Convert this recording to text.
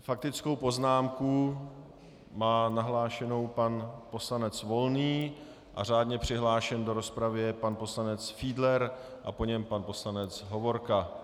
Faktickou poznámku má nahlášenou pan poslanec Volný, řádně přihlášen do rozpravy je pan poslanec Fiedler a po něm pan poslanec Hovorka.